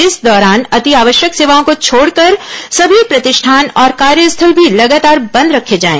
इस दौरान अति आवश्यक सेवाओं को छोड़कर सभी प्रतिष्ठान और कार्यस्थल भी लगातार बंद रखे जाएं